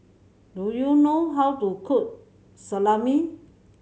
do you know how to cook Salami